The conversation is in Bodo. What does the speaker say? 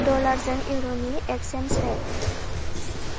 डलारजों इउर'नि एक्चेन्स रेट